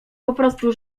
poprostu